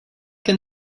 can